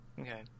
Okay